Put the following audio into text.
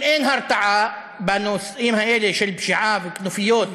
אם אין הרתעה בנושאים האלה, של פשיעה, וכנופיות,